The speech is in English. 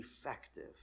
effective